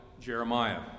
Jeremiah